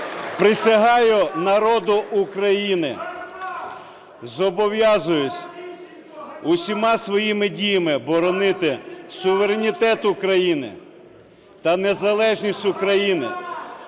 Присягаю народу України. Зобов'язуюсь усіма своїми діями боронити суверенітет України та незалежність України,